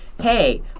hey